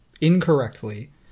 incorrectly